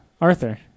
Arthur